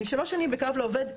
אני שלוש שנים בקו לעובד,